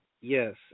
Yes